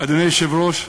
אדוני היושב-ראש,